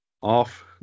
off